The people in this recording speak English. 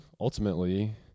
ultimately